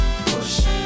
push